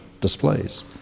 displays